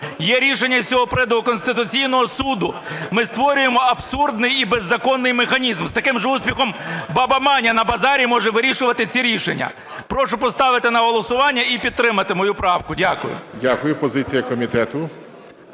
є рішення з цього приводу Конституційного Суду. Ми створюємо абсурдний і беззаконний механізм, з таким же успіхом баба Маня на базарі може вирішувати ці рішення. Прошу поставити на голосування і підтримати мою правку. Дякую. ГОЛОВУЮЧИЙ. Дякую. Позиція комітету.